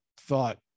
thought